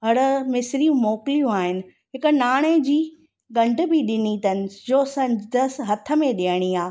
हण मिस्री मोकिलियूं आहिनि हिकु नाणे जी गंढ बि ॾिनी अथनि जो संदसि हथु में ॾियणी आहे